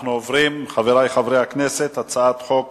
אנחנו עוברים להצעת חוק